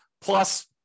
Plus